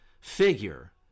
figure